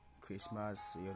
Christmas